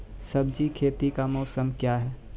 सब्जी खेती का मौसम क्या हैं?